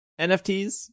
NFTs